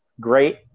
great